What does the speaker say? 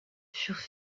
furent